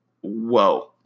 whoa